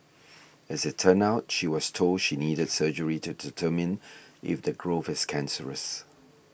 as it turned out she was told she needed surgery to determine if the growth was cancerous